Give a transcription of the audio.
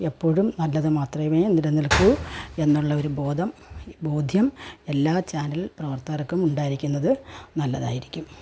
എപ്പോഴും നല്ലത് മാത്രെമേ നിലനിൽക്കൂ എന്നുള്ള ഒരു ബോധം ബോധ്യം എല്ലാ ചാനൽ പ്രവർത്തകർക്കും ഉണ്ടായിരിക്കുന്നത് നല്ലതായിരിക്കും